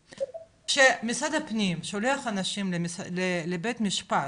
כשמשרד הפנים שולח אנשים לבית המשפט,